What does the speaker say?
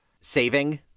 saving